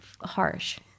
harsh